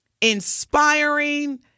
inspiring